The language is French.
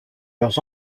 leurs